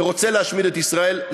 ורוצה להשמיד את ישראל.